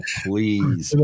please